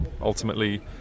ultimately